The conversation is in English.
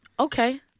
Okay